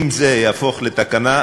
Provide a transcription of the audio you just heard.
אם זה יהפוך לתקנה,